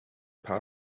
paar